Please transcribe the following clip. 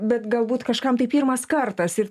bet galbūt kažkam tai pirmas kartas ir